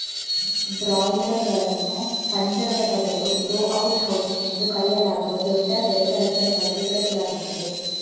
ಬ್ರಾಯ್ಲರುಗಳನ್ನು ಪಂಜರದ ಬದಲು grow out house ಎಂದು ಕರೆಯಲಾಗುವ ದೊಡ್ಡ ತೆರೆದ ರಚನೆಗಳಲ್ಲಿ ಬೆಳೆಸಲಾಗುತ್ತದೆ